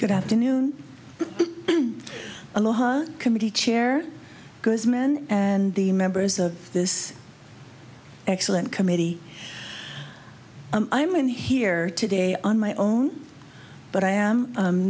good afternoon aloha committee chair good men and the members of this excellent committee i am in here today on my own but i am